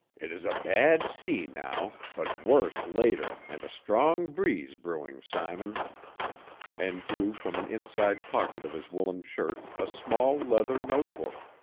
it is a bad sea now, but worse later, and a strong breeze brewing, simon and drew from an inside pocket of his woollen shirt a small leather note-book.